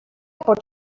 pot